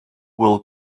will